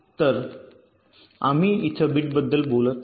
तर आम्ही इथ बिटबद्दल बोलत आहोत